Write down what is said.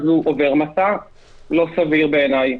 אז הוא עובר מסע לא סביר בעיניי.